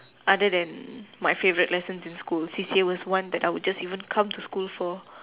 other than my favourite lessons in school C_C_A was one that I would just even come to school for